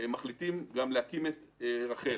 מחליטים גם להקים את רח"ל